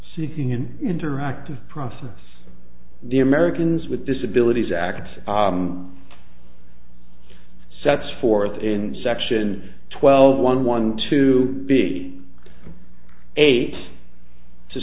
seeking an interactive process the americans with disabilities act sets forth in section twelve one one to be eight to